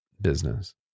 business